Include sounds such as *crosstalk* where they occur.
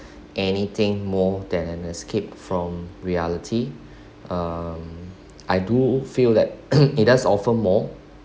anything more than an escape from reality um I do feel that *coughs* it does offer more